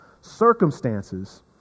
circumstances